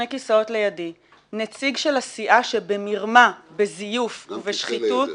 נציג של הסיעה שבמרמה, בזיוף ובשחיתות